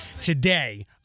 today